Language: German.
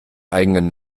eigenen